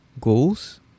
goals